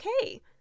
okay